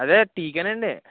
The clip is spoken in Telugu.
అదే టీకి అండి